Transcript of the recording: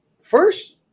First